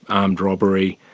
armed robbery,